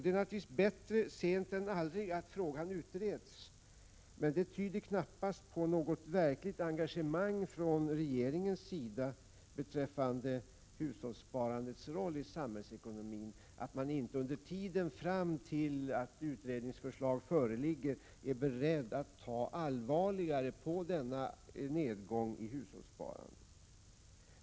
Det är naturligtvis bättre sent än aldrig att denna fråga utreds, men det tyder knappast på något verkligt engagemang från regeringens sida beträffande hushållssparandets roll i samhällsekonomin att man under tiden fram till dess att utredningsförslag föreligger inte är beredd att ta allvarligare på nedgången i hushållssparandet.